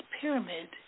pyramid